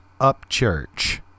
Upchurch